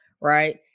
Right